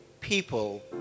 people